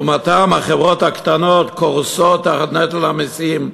לעומתן, החברות הקטנות קורסות תחת נטל המסים,